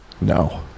No